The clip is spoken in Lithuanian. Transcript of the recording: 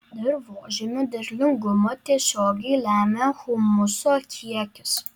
dirvožemio derlingumą tiesiogiai lemia humuso kiekis